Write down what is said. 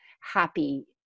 happy